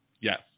Yes